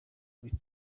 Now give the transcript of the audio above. bite